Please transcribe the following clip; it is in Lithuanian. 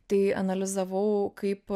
tai analizavau kaip